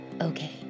Okay